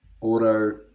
auto